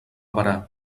berà